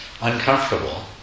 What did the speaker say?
uncomfortable